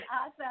awesome